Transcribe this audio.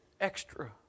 extra